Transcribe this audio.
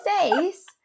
face